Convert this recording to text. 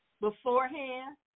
beforehand